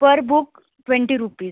per book twenty rupees